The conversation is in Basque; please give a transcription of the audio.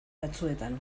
batzuetan